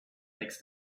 makes